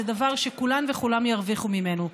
זה דבר שכולן וכולם ירוויחו ממנו.